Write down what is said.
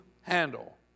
handle